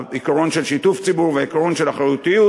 העיקרון של שיתוף ציבור והעיקרון של האחריותיות,